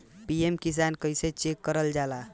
PM किसान कइसे check करल जाला?